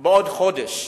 עוד חודש,